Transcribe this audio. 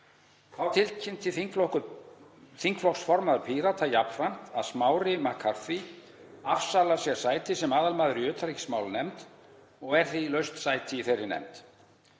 Þá tilkynnti þingflokksformaður Pírata jafnframt að Smári McCarthy afsalar sér sæti sem aðalmaður í utanríkismálanefnd og er því laust sæti í þeirri nefnd.